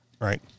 Right